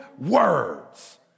words